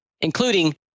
including